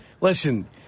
Listen